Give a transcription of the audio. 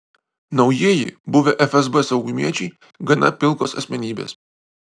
naujieji buvę fsb saugumiečiai gana pilkos asmenybės